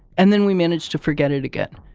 and then we manage to forget it again,